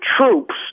troops